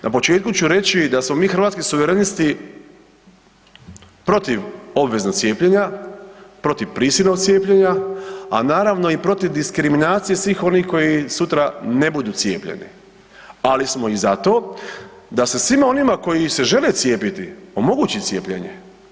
Na početku ću reći da smo mi Hrvatski suverenisti protiv obveznog cijepljenja, protiv prisilnog cijepljenja, a naravno i protiv diskriminacije svih onih koji sutra ne budu cijepljeni, ali smo i za to da se svima onima koji se žele cijepiti omogući cijepljenje.